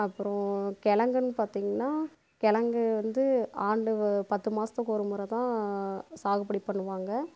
அப்புறம் கிழங்குன்னு பார்த்திங்கன்னா கிழங்கு வந்து ஆண்டு பத்து மாதத்துக்கு ஒரு முறை தான் சாகுபடி பண்ணுவாங்க